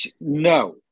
No